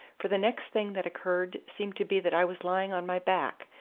for the next thing that occurred seemed to be that i was lying on my back,